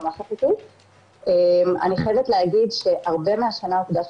אני חייבת להגיד שהרבה מהשנה הוקדש